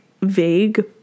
vague